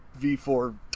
V4